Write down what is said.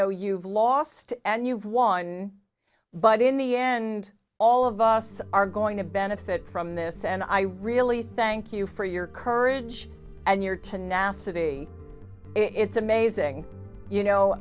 know you've lost and you've won but in the end all of us are going to benefit from this and i really thank you for your courage and your tenacity it's amazing you know